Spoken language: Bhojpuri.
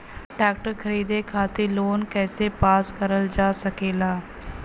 ट्रेक्टर खरीदे खातीर लोन कइसे पास करल जा सकेला?